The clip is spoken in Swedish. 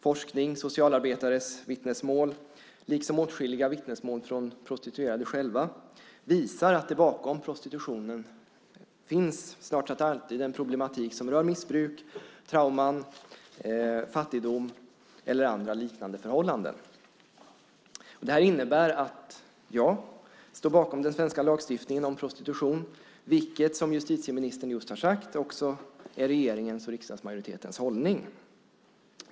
Forskning, socialarbetares vittnesmål liksom åtskilliga vittnesmål från prostituerade själva visar att det bakom prostitutionen snart sett alltid finns en problematik som rör missbruk, trauman, fattigdom eller andra liknande förhållanden. Detta innebär att jag står bakom den svenska lagstiftningen om prostitution, vilket som justitieministern just har sagt också är regeringens och riksdagsmajoritetens hållning.